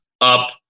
up